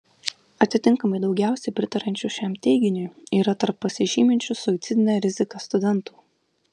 atitinkamai daugiausiai pritariančių šiam teiginiui yra tarp pasižyminčių suicidine rizika studentų